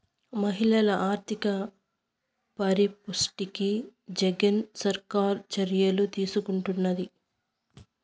మహిళల ఆర్థిక పరిపుష్టికి జగన్ సర్కారు చర్యలు తీసుకుంటున్నది